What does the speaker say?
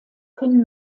können